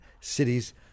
Cities